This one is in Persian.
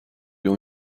اون